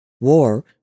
War